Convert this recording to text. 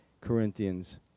Corinthians